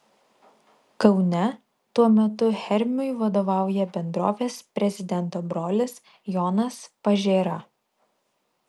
kaune tuo metu hermiui vadovauja bendrovės prezidento brolis jonas pažėra